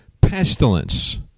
pestilence